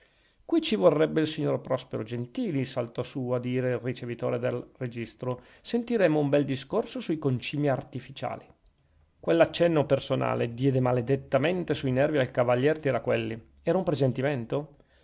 qui ci vorrebbe il signor prospero gentili saltò su a dire il ricevitore del registro sentiremmo un bel discorso sui concimi artificiali quell'accenno personale diede maledettamente sui nervi al cavalier tiraquelli era un presentimento